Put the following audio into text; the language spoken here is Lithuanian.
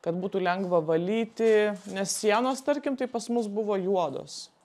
kad būtų lengva valyti nes sienos tarkim tai pas mus buvo juodos